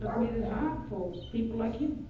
but made it hard for people like him.